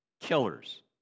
killers